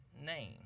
name